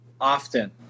often